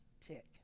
tick